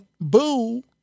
boo